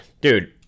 Dude